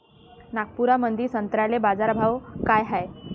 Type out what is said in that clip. नागपुरामंदी संत्र्याले बाजारभाव काय हाय?